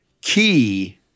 key